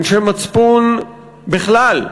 אנשי מצפון בכלל,